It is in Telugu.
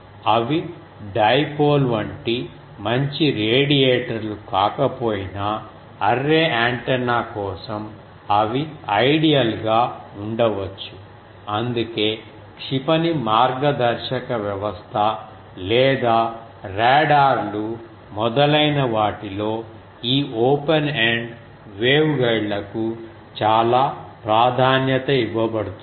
అవి డైపోల్ వంటి మంచి రేడియేటర్లు కాకపోయినా అర్రే యాంటెన్నా కోసం అవి ఐడియల్ గా ఉండవచ్చు అందుకే క్షిపణి మార్గదర్శక వ్యవస్థ లేదా రాడార్లు మొదలైన వాటిలో ఈ ఓపెన్ ఎండ్ వేవ్గైడ్లకు చాలా ప్రాధాన్యత ఇవ్వబడుతుంది